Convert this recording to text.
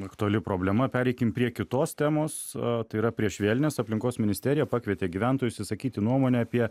aktuali problema pereikim prie kitos temos tai yra prieš vėlines aplinkos ministerija pakvietė gyventojus išsakyti nuomonę apie